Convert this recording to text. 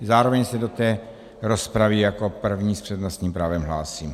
Zároveň se do té rozpravy jako první s přednostním právem hlásím.